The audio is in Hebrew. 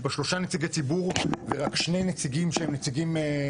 יש בה שלושה נציגי ציבור ורק שני נציגים שהם נציגים,